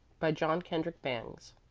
by john kendrick bangs.